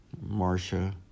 Marcia